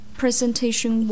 presentation